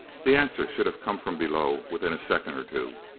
the answer should have come from below within a second or two.